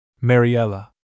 Mariella